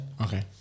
Okay